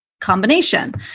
combination